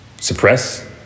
suppress